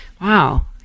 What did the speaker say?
wow